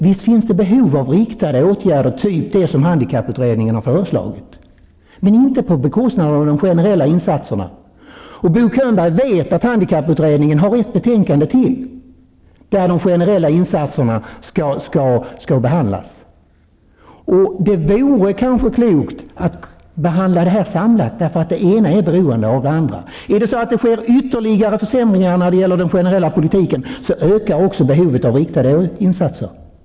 Visst finns det ett behov av riktade åtgärder av den typ som handikapputredningen har föreslagit, men inte på bekostnad av de generella insatserna. Bo Könberg vet att handikapputredningen har ytterligare ett betänkande, där de generella insatserna skall behandlas. Det vore kanske klokt att behandla det hela samlat, eftersom det ena är beroende av det andra. Blir det ytterligare försämringar när det gäller den generella politiken, ökar också behovet av riktade insatser.